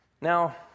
Now